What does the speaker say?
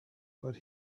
but